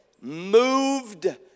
moved